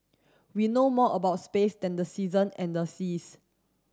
we know more about space than the season and the seas